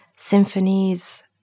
symphonies